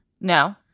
No